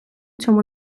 цьому